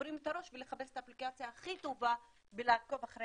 שוברים את הראש בחיפוש את האפליקציה הכי טובה בלעקוב אחר